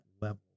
level